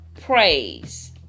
praise